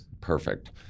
perfect